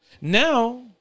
Now